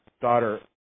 daughter